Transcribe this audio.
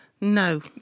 No